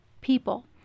people